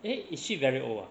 eh is she very old ah